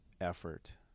effort